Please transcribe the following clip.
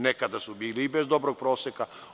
Nekada su bili i bez dobrog proseka.